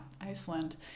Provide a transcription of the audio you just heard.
Iceland